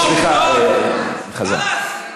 לא, סליחה, חזן.